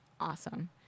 awesome